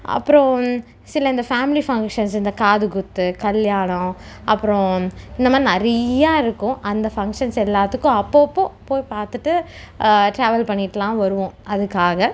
அப்புறோம் சில இந்த ஃபேமிலி ஃபங்க்ஷன்ஸ் இந்த காதுகுத்து கல்யாணம் அப்புறோம் இந்தமாதிரி நிறையா இருக்கும் அந்த ஃபங்க்ஷன்ஸ் எல்லாத்துக்கும் அப்பப்போ போய் பார்த்துட்டு ட்ராவல் பண்ணிடலாம் வருவோம் அதுக்காக